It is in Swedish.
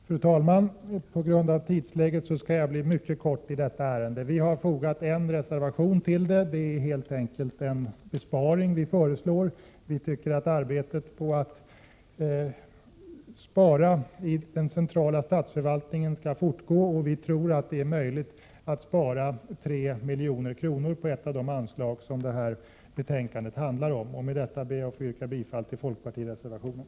Fru talman! På grund av tidsläget skall jag fatta mig mycket kort i detta ärende. Vi har fogat en reservation till betänkandet. Vi föreslår helt enkelt en besparing. Arbetet på att spara i den centrala statsförvaltningen skall fortgå, och vi tror att det är möjligt att spara 3 milj.kr. på ett av de anslag som betänkandet handlar om. Med detta ber jag att få yrka bifall till folkpartireservationen.